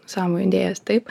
savo idėjas taip